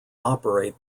operate